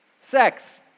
Sex